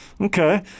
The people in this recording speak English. Okay